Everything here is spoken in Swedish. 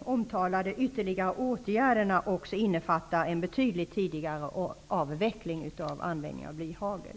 omtalade ytterligare åtgärderna också innefatta en betydligt tidigare avveckling av användningen av blyhagel.